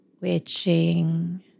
witching